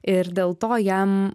ir dėl to jam